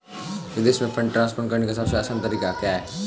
विदेश में fund transfer करने का सबसे आसान तरीका क्या है?